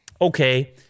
okay